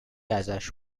ازش